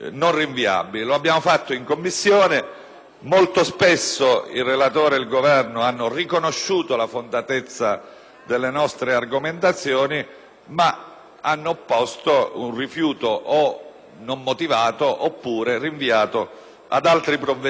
molto spesso il relatore e il Governo hanno riconosciuto la fondatezza delle nostre argomentazioni, ma opponendo o un rifiuto non motivato oppure rinviando le questioni ad altri provvedimenti legislativi.